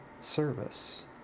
service